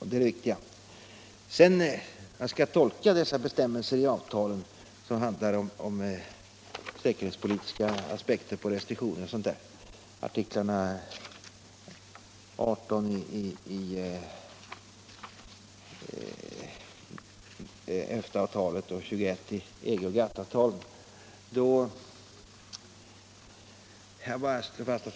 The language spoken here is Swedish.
Hur skall man sedan tolka alla dessa bestämmelser i avtalen — artiklarna 18, EFTA-avtalet och 21 i EG och GATT-avtalen - som handlar om säkerhetspolitiska aspekter på restriktioner m.m.?